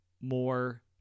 more